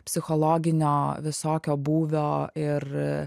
psichologinio visokio būvio ir